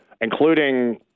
including